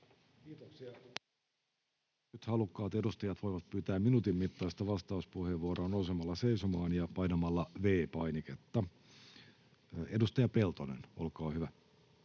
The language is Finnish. Kiitoksia. — Nyt halukkaat edustajat voivat pyytää minuutin mittaista vastauspuheenvuoroa nousemalla seisomaan ja painamalla V-painiketta. — Edustaja Peltonen, olkaa hyvä.